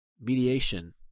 mediation